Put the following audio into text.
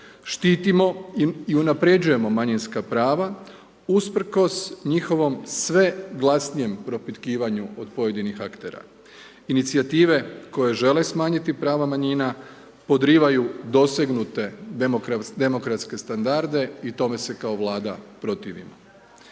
štitimo i unapređujemo manjinska prava usprkos njihovom sve glasnijem propitkivanju od pojedinih aktera, inicijative koje žele smanjiti prava manjina podrivaju dosegnute demokratske standarde i tome se kao Vlada protivimo.